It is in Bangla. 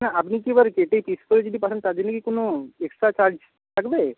না আপনি কি এবার কেটে পিস করে যদি করে যদি পাঠান তার জন্য কি কোনো এক্সট্রা চার্জ লাগবে